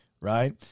Right